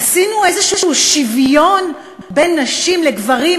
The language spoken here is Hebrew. עשינו איזה שוויון בין נשים לגברים,